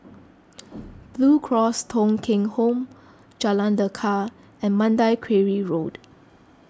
Blue Cross Thong Kheng Home Jalan Lekar and Mandai Quarry Road